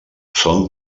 són